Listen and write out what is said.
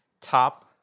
Top